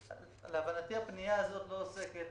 הפנייה הזאת לא עוסקת,